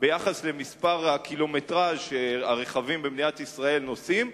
ביחס לקילומטרז' שהרכבים במדינת ישראל נוסעים,